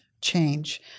change